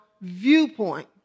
viewpoint